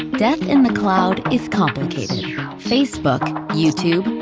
death in the cloud is complicated facebook, youtube,